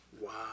Wow